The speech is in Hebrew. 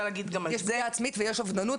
יש פגיעה עצמית ויש אובדנות,